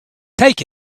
take